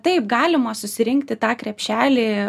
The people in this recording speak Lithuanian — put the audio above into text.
taip galima susirinkti tą krepšelį